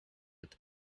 with